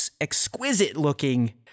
exquisite-looking